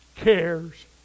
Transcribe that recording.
cares